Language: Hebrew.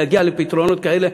להגיע לפתרונות כאלה,